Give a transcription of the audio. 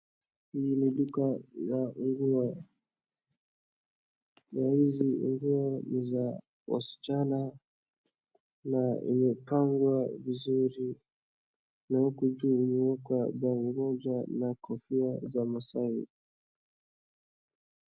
Hii ni duka la nguo na hizi nguo ni za wasichana na imepangwa vizuri na huku juu imewekwa bao moja la makofia za masai.